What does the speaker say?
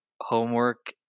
homework